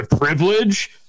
privilege